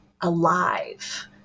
alive